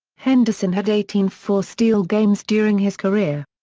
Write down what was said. henderson had eighteen four-steal games during his career.